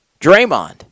Draymond